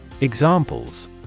Examples